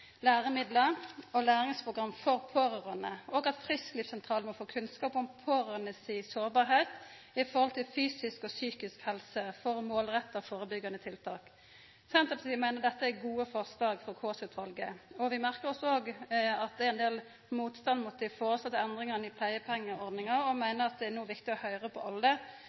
og læringsprogram for pårørande, og at frisklivssentralane må få kunnskap om pårørande si sårbarheit i forhold til fysisk og psykisk helse for å målretta førebyggjande tiltak. Senterpartiet meiner dette er gode forslag frå Kaasa-utvalet. Vi merkar oss òg at det er ein del motstand mot dei foreslåtte endringane i pleiepengeordninga, og meiner at det no er viktig å høyra på alle